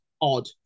odd